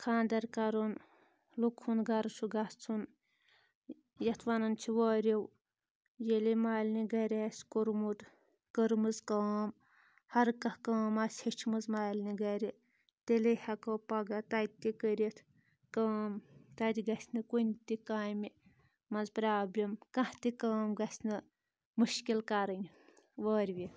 خانٛدَر کَرُن لُکہٕ ہُنٛد گَرٕ چھُ گژھُن یَتھ وَنَان چھِ وٲرِو ییٚلے مَالنہِ گَرِ آسہِ کوٚرمُت کٔرمٕژ کٲم ہر کانٛہہ کٲم آسہِ ہیٚچھمٕژ مَالنہِ گَرِ تیٚلے ہؠکو پَگاہ تَتہِ تہِ کٔرِتھ کٲم تَتہِ گژھِ نہٕ کُنہِ تہِ کامہِ منٛز پرٛابلِم کانٛہہ تہِ کٲم گژھِ نہٕ مُشکِل کَرٕنۍ وٲروِ